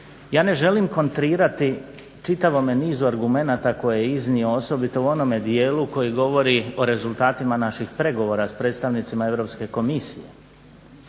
Ja ne želim kontrirati čitavome nizu argumenata koje je iznio, osobito u onome dijelu koji govori o rezultatima naših pregovora s predstavnicima Europske komisije